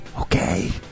okay